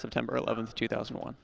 september eleventh two thousand and one